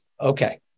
okay